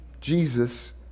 Jesus